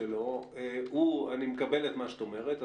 אני מקבל את מה שאת אומרת.